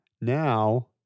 now